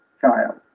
child